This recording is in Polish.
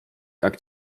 tak